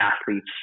athletes